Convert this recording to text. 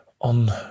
on